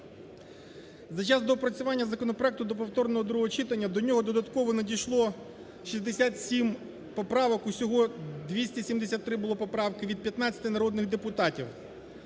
За час доопрацювання законопроекту до повторного другого читання до нього додатково надійшло 67 поправок, усього 273 було поправки від 15 народних депутатів,